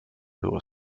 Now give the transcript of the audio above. było